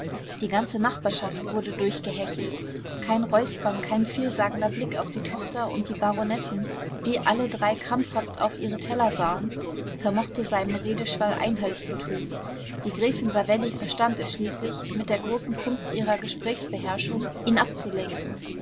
die ganze nachbarschaft wurde durchgehechelt kein räuspern kein vielsagender blick auf die tochter und die baronessen die alle drei krampfhaft auf ihre teller sahen vermochte seinem redeschwall einhalt zu tun die gräfin savelli verstand es schließlich mit der großen kunst ihrer gesprächsbeherrschung ihn abzulenken